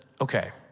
okay